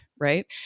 right